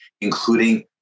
including